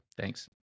Thanks